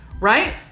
right